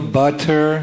butter